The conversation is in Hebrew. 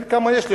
תסתכל כמה יש לך.